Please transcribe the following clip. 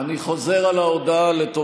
בלי לחץ, תהיה רגוע.